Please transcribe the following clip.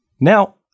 Now